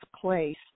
place